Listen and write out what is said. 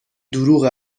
دروغ